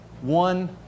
one